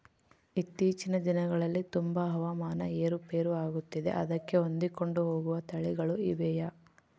ಇತ್ತೇಚಿನ ದಿನಗಳಲ್ಲಿ ತುಂಬಾ ಹವಾಮಾನ ಏರು ಪೇರು ಆಗುತ್ತಿದೆ ಅದಕ್ಕೆ ಹೊಂದಿಕೊಂಡು ಹೋಗುವ ತಳಿಗಳು ಇವೆಯಾ?